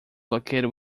located